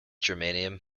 germanium